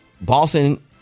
Boston